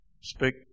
speak